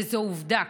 וזו עובדה.